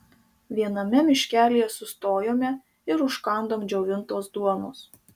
viename miškelyje sustojome ir užkandom džiovintos duonos